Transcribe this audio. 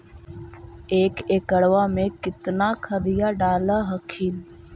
एक एकड़बा मे कितना खदिया डाल हखिन?